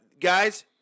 guys